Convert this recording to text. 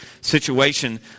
situation